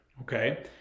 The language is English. okay